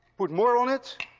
put more on it.